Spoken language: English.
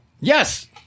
Yes